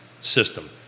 system